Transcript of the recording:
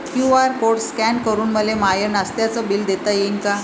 QR code scan करून मले माय नास्त्याच बिल देता येईन का?